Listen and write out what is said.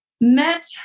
met